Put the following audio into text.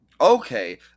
Okay